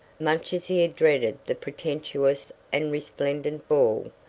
much as he had dreaded the pretentious and resplendent ball,